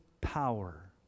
power